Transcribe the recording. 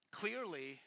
clearly